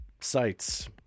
sites